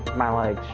my life